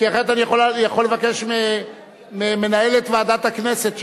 אחרת, אני יכול לבקש ממנהלת ועדת הכנסת.